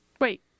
Wait